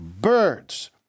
birds